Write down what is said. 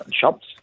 shops